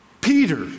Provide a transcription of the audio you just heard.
Peter